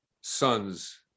son's